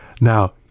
Now